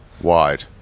wide